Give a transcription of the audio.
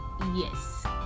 Yes